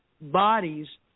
bodies